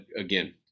again